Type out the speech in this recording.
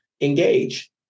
Engage